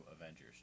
Avengers